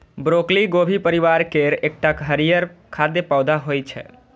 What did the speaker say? broccoli गोभी परिवार केर एकटा हरियर खाद्य पौधा होइ छै